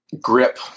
Grip